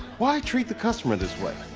why treat the customer this way?